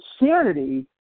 insanity